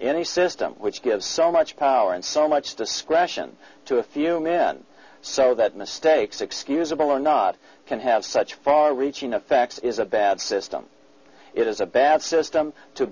any system which gives so much power and so much discretion to a few men so that mistakes excusable or not can have such far reaching effects is a bad system it is a bad system to